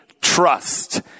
trust